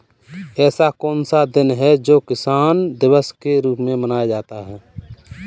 ऐसा कौन सा दिन है जो किसान दिवस के रूप में मनाया जाता है?